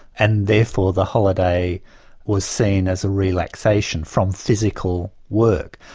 and therefore the holiday was seen as a relaxation from physical work.